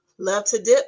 LoveToDip